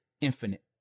infinite